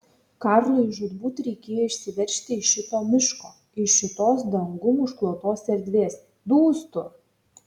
karlui žūtbūt reikėjo išsiveržti iš šito miško iš šitos dangum užklotos erdvės dūstu